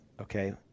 okay